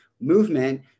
movement